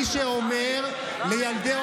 "לכו לעזאזל" זה למי שאומר לילדי עוטף